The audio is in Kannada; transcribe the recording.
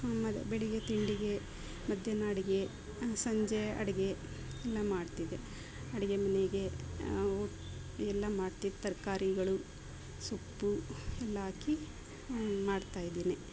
ಮತ್ತೆ ಬೆಳಗ್ಗೆ ತಿಂಡಿಗೆ ಮಧ್ಯಾಹ್ನ ಅಡಿಗೆ ಸಂಜೆ ಅಡಿಗೆ ನಾ ಮಾಡ್ತಿದ್ದೆ ಅಡಿಗೆ ಮನೆಗೆ ಹೋಗಿ ಎಲ್ಲ ಮಾಡ್ತಿನಿ ತರಕಾರಿಗಳು ಸೊಪ್ಪು ಎಲ್ಲ ಹಾಕಿ ಮಾಡ್ತಾ ಇದ್ದೀನಿ